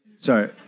sorry